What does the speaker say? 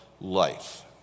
life